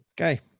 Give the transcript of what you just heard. Okay